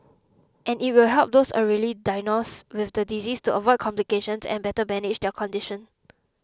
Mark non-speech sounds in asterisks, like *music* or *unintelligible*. and it will help those *unintelligible* diagnosed with the disease to avoid complications and better manage their condition